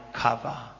cover